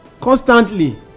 Constantly